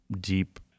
deep